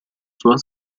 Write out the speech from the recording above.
sua